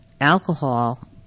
alcohol